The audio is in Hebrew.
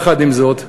עם זאת,